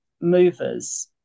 movers